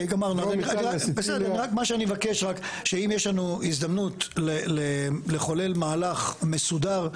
אני מבקש שאם יש לנו הזדמנות לחולל מהלך מסודר,